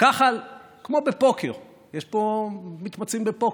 וכח"ל כמו בפוקר יש פה מתמצאים בפוקר?